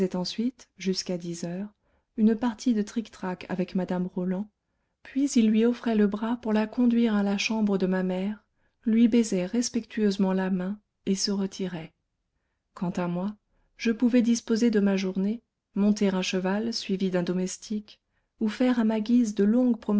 ensuite jusqu'à dix heures une partie de trictrac avec mme roland puis il lui offrait le bras pour la conduire à la chambre de ma mère lui baisait respectueusement la main et se retirait quant à moi je pouvais disposer de ma journée monter à cheval suivie d'un domestique ou faire à ma guise de longues